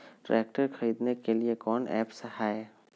Tractor खरीदने के लिए कौन ऐप्स हाय?